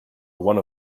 one